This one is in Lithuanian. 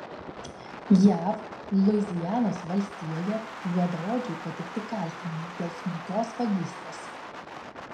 jav luizianos valstijoje juodaodžiui pateikti kaltinimai dėl smulkios vagystės